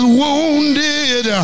wounded